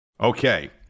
Okay